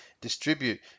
distribute